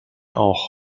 auch